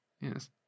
Yes